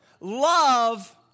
love